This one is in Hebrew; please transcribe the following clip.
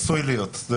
זה עשוי להיות.